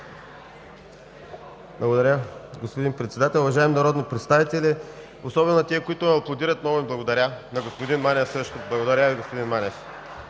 Благодаря, господин Председател. Уважаеми народни представители, особено на тези, които ме аплодират, много им благодаря! На господин Манев – също, благодаря Ви, господин Манев.